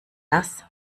das